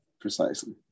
precisely